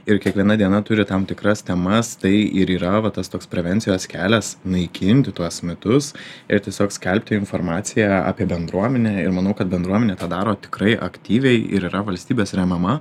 ir kiekviena diena turi tam tikras temas tai ir yra va tas toks prevencijos kelias naikinti tuos mitus ir tiesiog skelbti informaciją apie bendruomenę ir manau kad bendruomenė tą daro tikrai aktyviai ir yra valstybės remiama